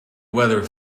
weather